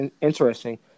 interesting